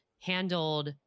handled